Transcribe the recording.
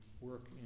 work